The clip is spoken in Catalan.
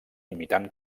imitant